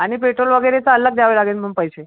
आणि पेट्रोल वगैरे तर अलग द्यावे लागेल मग पैसे